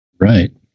Right